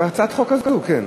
בהצעת החוק הזאת, כן.